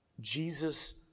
Jesus